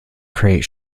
create